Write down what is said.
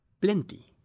plenty